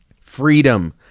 Freedom